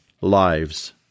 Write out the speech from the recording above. lives